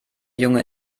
junge